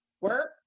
work